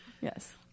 Yes